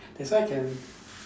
that's why can